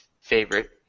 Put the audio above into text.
favorite